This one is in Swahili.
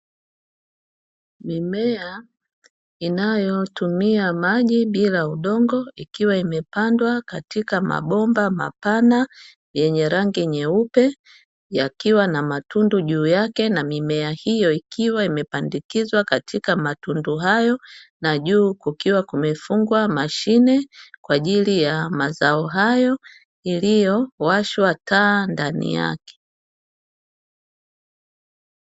Mimea inayotumia maji bila udongo ikiwa imepandwa katika mabomba mapana yenye rangi nyeupe, yakiwa na matundu juu yake na mimea hiyo, ikiwa imepandikizwa katika matundu hayo na juu kukiwa kumefungwa mashine kwaajili ya mazao hayo iliyowashwa taa ndani yake.